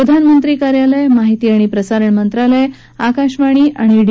प्रधानमंत्री कार्यालय माहिती आणि प्रसारण मंत्रालय आकाशवाणी आणि डी